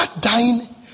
dying